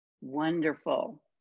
Wonderful